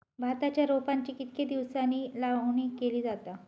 भाताच्या रोपांची कितके दिसांनी लावणी केली जाता?